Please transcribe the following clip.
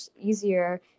easier